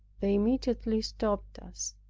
they immediately stopped us!